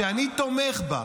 שאני תומך בה,